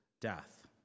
death